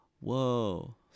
Whoa